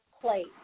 place